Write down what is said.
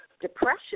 depression